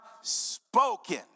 spoken